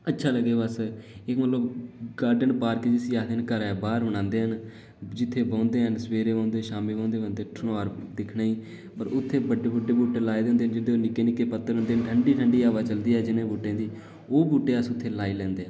अच्छा लगे बस मतलब गार्डन पार्क जिसी आखदे न घरा बाह्र बनांदे न जित्थै बौंह्दे न सबेरे बौंह्दे शामी बौंह्दे बंदे ठनौर दिक्खने गी पर उत्थै बड़े बड़़े बूह्टे लाए दे हौंदे जिदें निक्के निक्के पत्तर होंदे न ठंड़ी ठंड़ी ब्हा चलदी ऐ उनें बूह्टें दी ओह् बूह्टे अस उत्थै लाई लेने आं